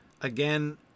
again